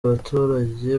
abaturage